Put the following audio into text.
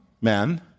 men